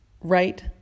right